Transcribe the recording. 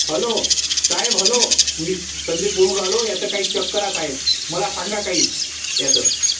hello साहेब hello मी संदेश बोलून राहलो याचं काही चक करा साहेब मला सांगा काही याचं